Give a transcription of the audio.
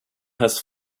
has